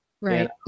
Right